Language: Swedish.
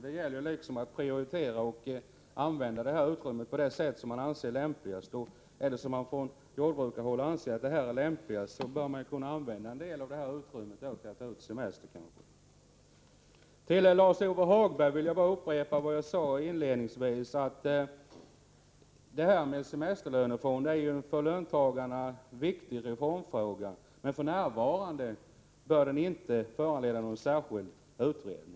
Det gäller att prioritera och använda utrymmet på det sätt som man finner lämpligast. Om man från jordbrukarhåll anser att det är lämpligast, bör man alltså kunna använda en del av utrymmet för att ta ut semester. För Lars-Ove Hagberg vill jag bara upprepa vad jag sade inledningsvis, nämligen att frågan om en semesterlönefond är en för löntagarna viktig reformfråga, men f.n. bör den inte föranleda någon särskild utredning.